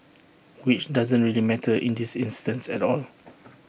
which doesn't really matter in this instance at all